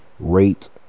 rate